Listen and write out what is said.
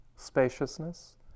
Spaciousness